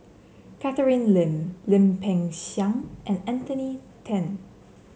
Catherine Lim Lim Peng Siang and Anthony Then